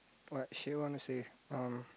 what she wanna say um